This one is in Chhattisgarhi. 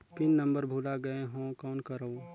पिन नंबर भुला गयें हो कौन करव?